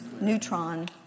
neutron